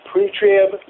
Pre-trib